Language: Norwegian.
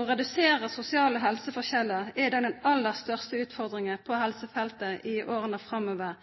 Å redusere sosiale helseforskjeller er den aller største utfordringen på helsefeltet i årene framover.